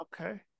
Okay